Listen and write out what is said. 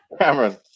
Cameron